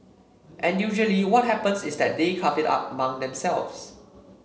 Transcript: and usually what happens is that they carve it up among themselves